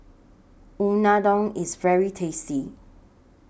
Unadon IS very tasty